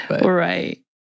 Right